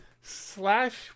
Slash